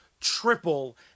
triple